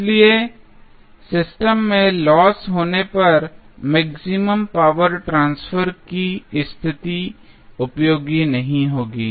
इसीलिए सिस्टम में लॉस होने पर मैक्सिमम पावर ट्रांसफर की स्थिति उपयोगी नहीं होगी